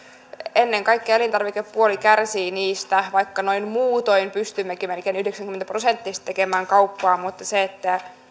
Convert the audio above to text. ennen kaikkea elintarvikepuoli kärsii niistä vaikka noin muutoin pystymmekin melkein yhdeksänkymmentä prosenttisesti tekemään kauppaa mutta se että